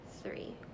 Three